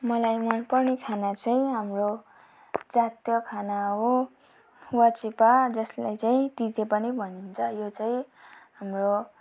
मलाई मन पर्ने खाना चाहिँ हाम्रो जातीय खाना हो वाचिप्पा जसलाई चाहिँ तिते पनि भनिन्छ यो चाहिँ हाम्रो